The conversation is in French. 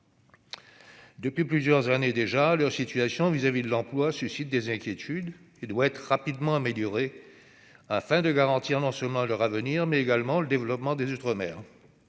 Depuis plusieurs années déjà, leur situation du point de vue de l'emploi suscite des inquiétudes ; elle doit être rapidement améliorée si l'on veut que soit garanti non seulement leur avenir, mais également le développement des outre-mer.